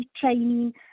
training